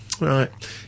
Right